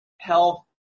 health